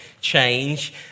Change